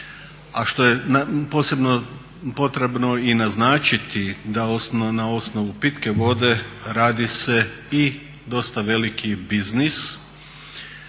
a što je posebno potrebno i naznačiti, da na osnovu pitke vode radi se i dosta veliki biznis.